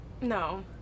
No